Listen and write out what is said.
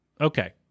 Okay